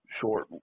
short